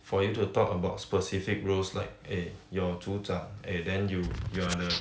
for you to talk about specific roles like eh your 组长 eh then you you are the